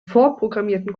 vorprogrammierten